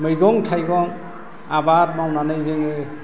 मैगं थाइगं आबाद मावनानै जोङो